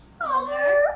Father